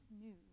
news